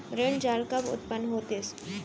ऋण जाल कब उत्पन्न होतिस?